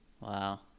Wow